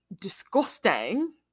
disgusting